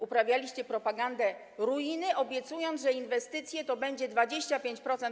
Uprawialiście propagandę ruiny, obiecując, że inwestycje to będzie 25%